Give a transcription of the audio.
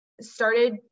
started